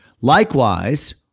Likewise